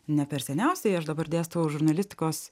ne per seniausiai aš dabar dėstau žurnalistikos